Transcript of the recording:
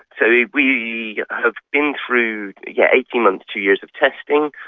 so we we have been through yeah eighteen and two years of testing.